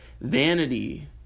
Vanity